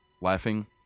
laughing